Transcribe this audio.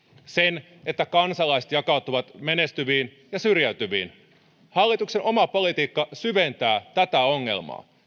sen että kansalaiset jakautuvat menestyviin ja syrjäytyviin hallituksen oma politiikka syventää tätä ongelmaa